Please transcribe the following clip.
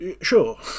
Sure